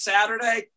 Saturday